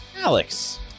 Alex